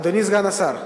אדוני סגן השר,